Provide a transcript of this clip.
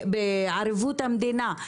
בערבות המדינה,